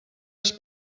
els